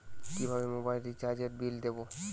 কিভাবে মোবাইল রিচার্যএর বিল দেবো?